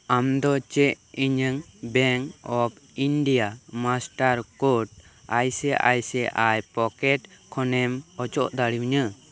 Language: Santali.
ᱟᱢ ᱫᱚ ᱪᱮᱫ ᱤᱧᱟᱹᱜ bank of India master code IC IC I pocket ᱠᱷᱚᱱᱮᱢ ᱚᱪᱚᱜ ᱫᱟᱲᱮᱭᱟᱹᱧᱟᱹ